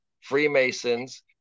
Freemasons